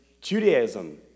Judaism